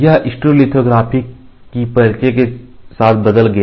यह स्टीरियोलिथोग्राफी की परिचय के साथ बदल गया